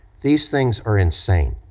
these things are insane,